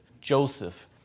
Joseph